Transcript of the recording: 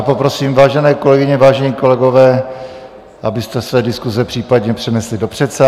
Poprosím, vážené kolegyně, vážení kolegové, abyste své diskuse případně přenesli do předsálí.